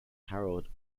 harold